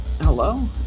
hello